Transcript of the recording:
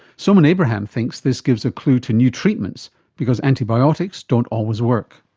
soman abraham thinks this gives a clue to new treatments because antibiotics don't always work.